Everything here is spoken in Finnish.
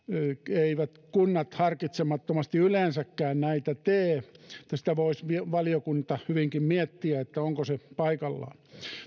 eivät kunnat harkitsemattomasti yleensäkään näitä tee valiokunta voisi hyvinkin miettiä onko se paikallaan